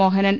Mohanan